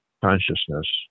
consciousness